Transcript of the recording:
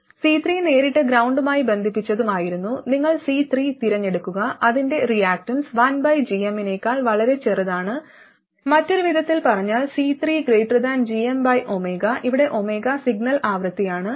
C3 നേരിട്ട് ഗ്രൌണ്ടുമായി ബന്ധിപ്പിച്ചതുമായിരുന്നു നിങ്ങൾ C3 തിരഞ്ഞെടുക്കുക അതിന്റെ റിയാക്റ്റൻസ് 1gm നേക്കാൾ വളരെ ചെറുതാണ് മറ്റൊരു വിധത്തിൽ പറഞ്ഞാൽ C3 ഇവിടെ 𝜔 സിഗ്നൽ ആവൃത്തിയാണ്